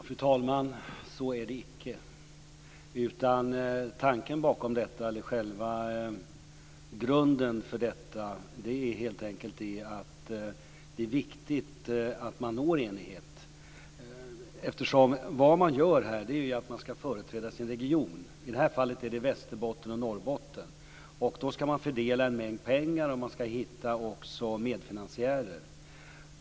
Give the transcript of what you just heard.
Fru talman! Så är det icke. Själva grunden för detta är helt enkelt att det är viktigt att man når enighet, eftersom det man ska göra här är att företräda sin region. I det här fallet är det Västerbotten och Norrbotten. Man ska fördela en mängd pengar, och man ska också hitta medfinansiärer.